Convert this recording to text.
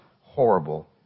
horrible